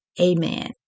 Amen